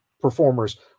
performers